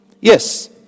Yes